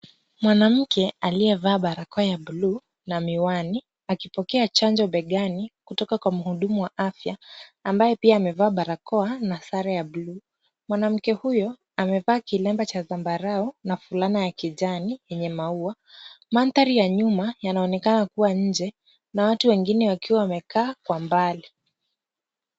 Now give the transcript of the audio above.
Mwanamke aliyevaa barakoa ya bluu na miwani akipokea chanjo begani kutoka kwa mhudumu wa afya ambaye pia amevaa barakoa na sare ya bluu. Mwanamke huyo amevaa kilemba cha zambarau na fulana ya kijani yenye maua. Mandhari ya nyuma yanaonekana kuwa nje na watu wengine wakiwa wamekaa kwa mbali.